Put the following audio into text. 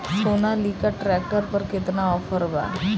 Sonalika tractor पर केतना offer बा?